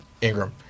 Ingram